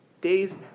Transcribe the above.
days